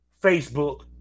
Facebook